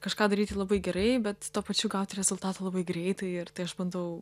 kažką daryti labai gerai bet tuo pačiu gauti rezultatą labai greitai ir tai aš bandau